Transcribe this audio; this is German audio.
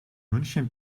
münchen